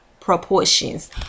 Proportions